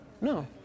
no